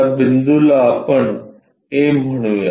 त्या बिंदूला आपण a म्हणूया